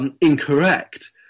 incorrect